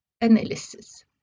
analysis